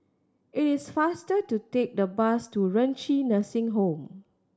it is faster to take the bus to Renci Nursing Home